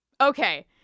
Okay